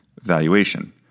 Valuation